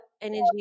energy